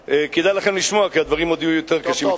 כדאי לכם לשמוע, כי הדברים עוד יהיו יותר קשים.